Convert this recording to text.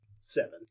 Seven